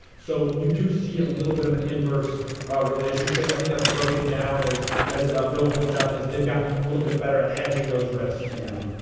so you do see a little bit of an inverse relationship. i think that's broken down, as as ah bill points out, as they've gotten a little bit better at hedging those risks. yeah.